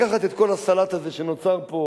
לקחת את כל הסלט הזה שנוצר פה,